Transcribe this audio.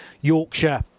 Yorkshire